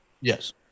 Yes